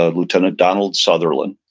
ah lieutenant donal sutherland.